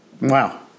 Wow